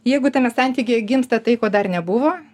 jeigu tame santykyje gimsta tai ko dar nebuvo